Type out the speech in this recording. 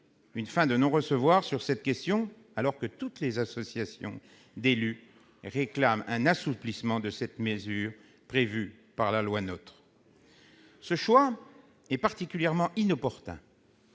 une fin de non-recevoir à cette question, alors que toutes les associations d'élus réclament un assouplissement de cette mesure prévue par la loi NOTRe. Quel mépris pour les élus ! Ce choix est particulièrement inopportun,